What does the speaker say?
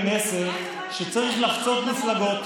מסר שצריך לחצות מפלגות.